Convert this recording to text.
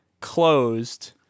closed